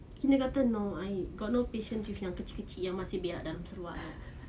kindergarten no I got no patience with yang kecil-kecil yang masih berak dalam seluar